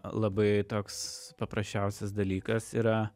labai toks paprasčiausias dalykas yra